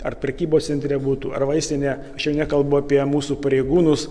ar prekybos centre būtų ar vaistinėje aš jau nekalbu apie mūsų pareigūnus